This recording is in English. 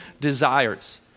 desires